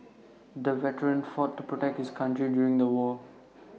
the veteran fought to protect his country during the war